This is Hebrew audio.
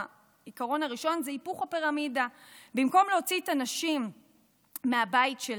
העיקרון הראשון זה היפוך הפירמידה: במקום להוציא את הנשים מהבית שלהן,